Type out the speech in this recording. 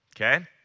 okay